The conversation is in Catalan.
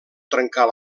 trencar